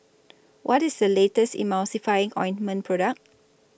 What IS The latest Emulsying Ointment Product